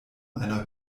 einer